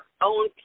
own